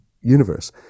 universe